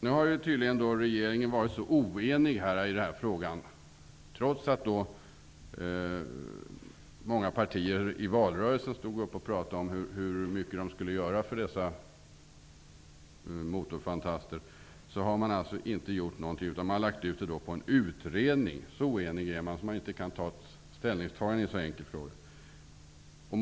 Nu har regeringen tydligen varit oenig i den här frågan, trots att många partier i valrörelsen stod upp och pratade om hur mycket de skulle göra för motorfantasterna. Nu har de inte gjort någonting annat än att lägga frågan i en utredning. Så oeniga är de att de inte kan göra ett enkelt ställningstagande.